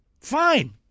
Fine